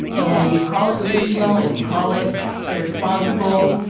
and you can call it delusional and you know call it irresponsible.